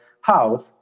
house